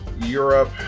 Europe